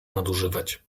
nadużywać